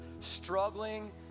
struggling